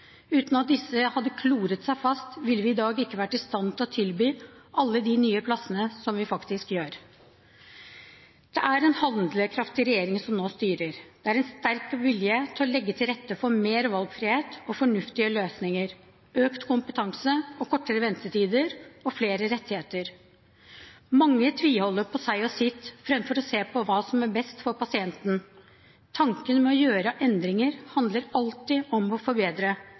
Uten at disse hadde klort seg fast, ville vi i dag ikke vært i stand til å tilby alle de nye plassene som det vi faktisk gjør. Det er en handlekraftig regjering som nå styrer. Det er en sterk vilje til å legge til rette for mer valgfrihet og fornuftige løsninger, økt kompetanse, kortere ventetider og flere rettigheter. Mange tviholder på seg og sitt framfor å se på hva som er best for pasienten. Tanken med å gjøre endringer handler alltid om å forbedre.